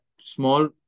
small